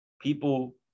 people